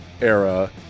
era